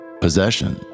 Possession